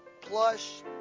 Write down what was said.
plush